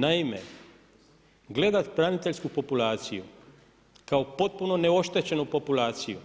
Naime, gledati braniteljsku populaciju, kao potpunu neoštećenu populaciju,